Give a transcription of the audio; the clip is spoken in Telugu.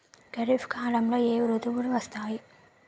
ఖరిఫ్ కాలంలో ఏ ఋతువులు వస్తాయి?